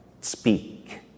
speak